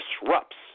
disrupts